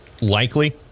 likely